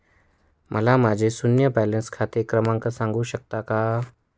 मला माझे शून्य बॅलन्स खाते क्रमांक सांगू शकता का?